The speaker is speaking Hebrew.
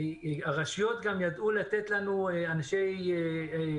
הרשויות גם ידעו לתת לנו אנשים שהם